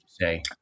say